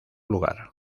lugar